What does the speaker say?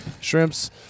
Shrimps